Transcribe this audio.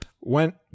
went